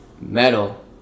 metal